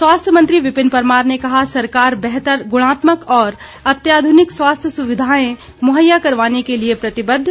स्वास्थ्य मंत्री विपिन परमार ने कहा सरकार बेहतर गुणात्मक और अत्याधुनिक स्वास्थ्य सुविधाएं मुहैया करवाने के लिए प्रतिबद्ध